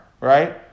right